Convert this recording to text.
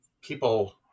people